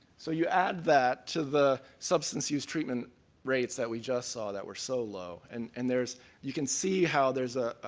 so you add that to the substance use treatment rates that we just saw that were so low, and and you can see how there's a